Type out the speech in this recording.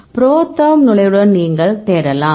ProTherm நுழைவுடன் நீங்கள் தேடலாம்